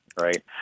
right